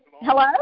Hello